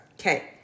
okay